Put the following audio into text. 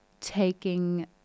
taking